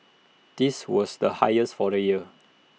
this was the highest for the year